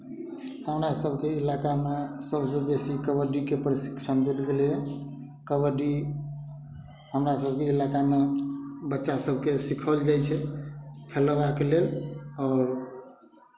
हमरा सभके इलाकामे सभसँ बेसी कबड्डीके प्रशिक्षण देल गेलैए कबड्डी हमरा सभके इलाकामे बच्चा सभकेँ सिखाओल जाइ छै खेलबाके लेल आओर